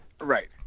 right